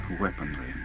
weaponry